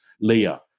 Leah